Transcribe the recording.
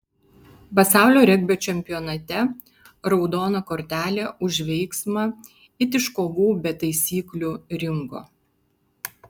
pasaulio regbio čempionate raudona kortelė už veiksmą it iš kovų be taisyklių ringo